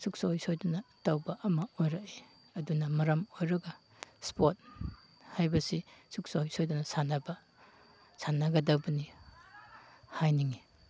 ꯁꯨꯛꯁꯣꯏ ꯁꯣꯏꯗꯅ ꯇꯧꯕ ꯑꯃ ꯑꯣꯏꯔꯛꯏ ꯑꯗꯨꯅ ꯃꯔꯝ ꯑꯣꯏꯔꯒ ꯏꯁꯄꯣꯔꯠ ꯍꯥꯏꯕꯁꯤ ꯁꯨꯛꯁꯣꯏ ꯁꯣꯏꯗꯅ ꯁꯥꯟꯅꯕ ꯁꯥꯟꯅꯒꯗꯕꯅꯤ ꯍꯥꯏꯅꯤꯡꯏ